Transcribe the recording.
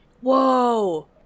Whoa